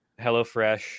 HelloFresh